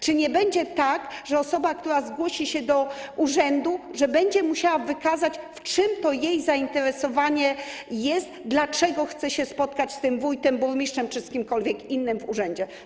Czy nie będzie tak, że osoba, która zgłosi się do urzędu, będzie musiała wykazać, czego dotyczy jej zainteresowanie, dlaczego chce się spotkać z wójtem, burmistrzem czy z kimkolwiek innym w urzędzie?